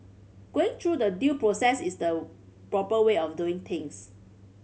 going through the due process is the proper way of doing things